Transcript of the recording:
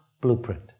blueprint